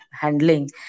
handling